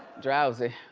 drowsy.